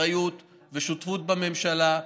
אחריות ושותפות בממשלה,